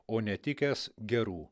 o netikęs gerų